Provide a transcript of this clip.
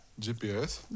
GPS